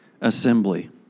assembly